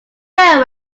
very